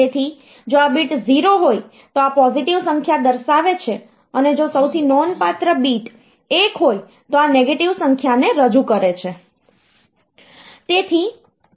તેથી જો આ બીટ 0 હોય તો આ પોઝિટિવ સંખ્યા દર્શાવે છે અને જો સૌથી નોંધપાત્ર બીટ 1 હોય તો આ નેગેટિવ સંખ્યાને રજૂ કરે છે